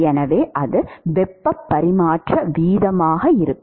எனவே அது வெப்ப பரிமாற்ற வீதமாக இருக்கும்